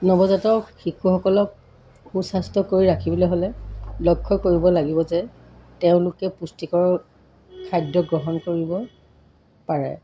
নৱজাতক শিশুসকলক সুস্বাস্থ্য কৰি ৰাখিবলৈ হ'লে লক্ষ্য কৰিব লাগিব যে তেওঁলোকে পুষ্টিকৰ খাদ্য গ্ৰহণ কৰিব পাৰে